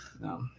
No